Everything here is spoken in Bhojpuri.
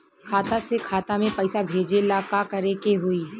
खाता से खाता मे पैसा भेजे ला का करे के होई?